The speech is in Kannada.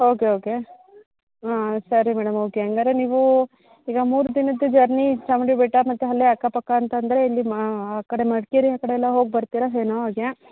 ಓಕೆ ಓಕೆ ಹಾಂ ಸರಿ ಮೇಡಮ್ ಓಕೆ ಹಂಗಾರೆ ನೀವು ಈಗ ಮೂರು ದಿನದ್ದು ಜರ್ನಿ ಚಾಮುಂಡಿ ಬೆಟ್ಟ ಮತ್ತೆ ಅಲ್ಲೇ ಅಕ್ಕ ಪಕ್ಕ ಅಂತಂದ್ರೆ ಇಲ್ಲಿ ಮಾ ಆ ಕಡೆ ಮಡಿಕೇರಿ ಆ ಕಡೆ ಎಲ್ಲ ಹೋಗಿ ಬರ್ತೀರಾ ಏನೋ ಹಾಗೆ